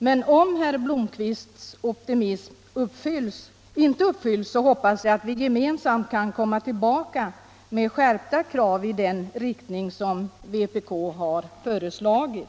Men om herr Blomkvists optimism inte visar sig vara befogad, så hoppas jag att vi gemensamt kan komma tillbaka med skärpta krav i den riktning som vpk har föreslagit.